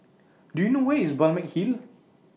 Do YOU know Where IS Balmeg Hill